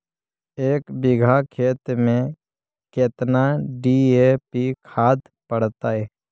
एक बिघा खेत में केतना डी.ए.पी खाद पड़तै?